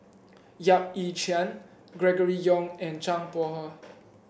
Yap Ee Chian Gregory Yong and Zhang Bohe